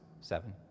seven